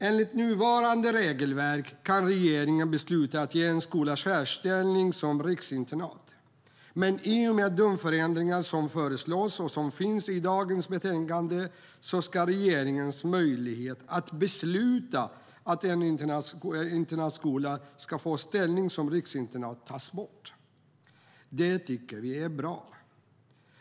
Enligt nuvarande regelverk kan regeringen besluta att ge en skola särställning som riksinternat. Men i och med de förändringar som föreslås och som finns i dagens betänkande ska regeringens möjlighet att besluta att en internatskola ska få ställning som riksinternat tas bort. Det tycker vi är bra.